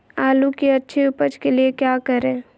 आलू की अच्छी उपज के लिए क्या करें?